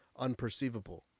unperceivable